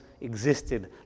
existed